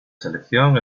selección